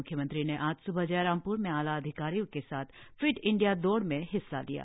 मुख्यमंत्री ने आज सुबह जयरामपुर में आलाधिकारियों के साथ फिट इंडिया दौड़ में हिस्सा लिया